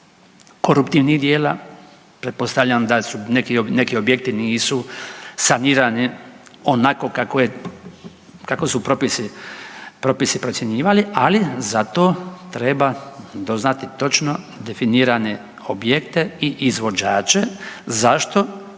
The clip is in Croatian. koruptivnih djela. Pretpostavljam da su, neki objekti nisu sanirani onako kako su propisi procjenjivali, ali za to treba doznati točno definirane objekte i izvođače zašto